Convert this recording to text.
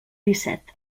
disset